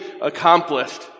accomplished